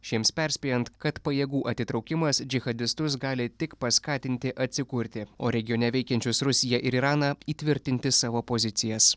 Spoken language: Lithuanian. šiems perspėjant kad pajėgų atitraukimas džihadistus gali tik paskatinti atsikurti o regione veikiančius rusiją ir iraną įtvirtinti savo pozicijas